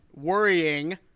worrying